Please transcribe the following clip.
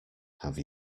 have